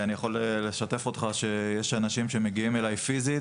אני יכול לשתף אותך שיש אנשים שמגיעים אליי פיזית